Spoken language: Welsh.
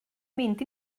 mynd